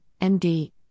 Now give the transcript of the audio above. MD